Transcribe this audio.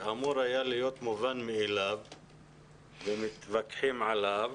אמור להיות מובן מאליו ומתווכחים עליו.